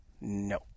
No